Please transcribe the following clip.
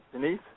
Denise